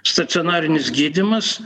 stacionarinis gydymas